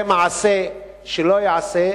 זה מעשה שלא ייעשה.